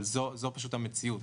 אבל זו פשוט המציאות.